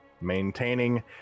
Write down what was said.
maintaining